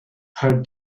her